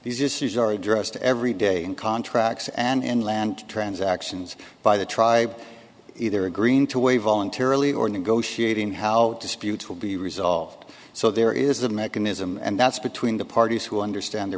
these issues are addressed every day in contracts and land transactions by the tribe either agreeing to weigh voluntarily or negotiating how disputes will be resolved so there is a mechanism and that's between the parties who understand their